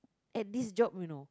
at this job you know